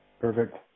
Perfect